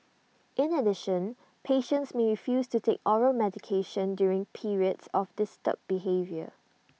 in addition patients may refuse to take oral medications during periods of disturbed behaviour